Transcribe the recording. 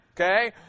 Okay